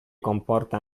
comporta